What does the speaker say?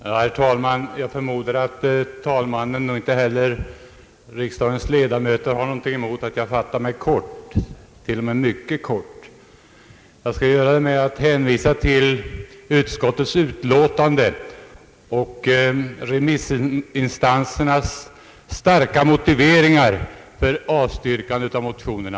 Herr talman! Jag förmodar att varken talmannen eller kammarens ledamöter har något emot att jag fattar mig kort, t.o.m. mycket kort. Jag skall göra det genom att endast hänvisa till utskottets utlåtande och remissinstansernas starka motiveringar för att avstyrka motionerna.